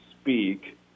speak